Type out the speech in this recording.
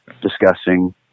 discussing